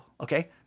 okay